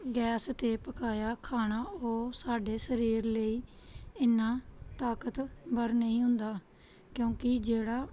gas 'ਤੇ ਪਕਾਇਆ ਖਾਣਾ ਉਹ ਸਾਡੇ ਸਰੀਰ ਲਈ ਇੰਨਾਂ ਤਾਕਤਵਰ ਨਹੀਂ ਹੁੰਦਾ ਕਿਉਂਕਿ ਜਿਹੜਾ